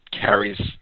carries